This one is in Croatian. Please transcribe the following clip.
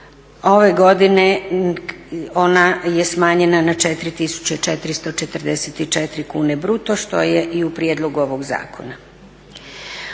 ove godine ona je smanjena na 4444 kune bruto što je i u prijedlogu ovog zakona.